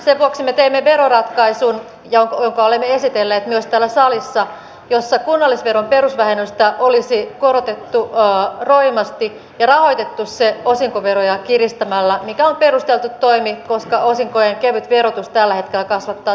sen vuoksi me teimme veroratkaisun jonka olemme esitelleet myös täällä salissa jossa kunnallisveron perusvähennystä olisi korotettu roimasti ja rahoitettu se osinkoveroja kiristämällä mikä on perusteltu toimi koska osinkojen kevyt verotus tällä hetkellä kasvattaa tuloeroja